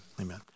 amen